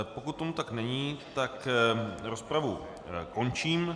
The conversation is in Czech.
Pokud tomu tak, není, tak rozpravu končím.